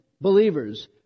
believers